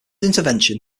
intervention